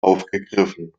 aufgegriffen